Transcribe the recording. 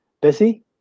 Bessie